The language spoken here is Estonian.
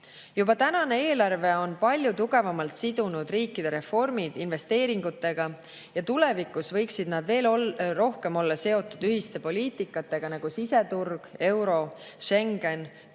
Juba tänane eelarve on palju tugevamalt sidunud riikide reformid investeeringutega ja tulevikus võiks nad veel rohkem olla seotud ühise poliitikaga, nagu siseturg, euro, Schengen,